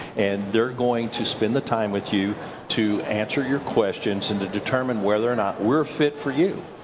and they're going to spend the time with you to answer your questions and to determine whether or not we're fit for you.